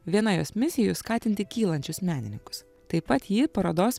viena jos misijų skatinti kylančius menininkus taip pat ji parodos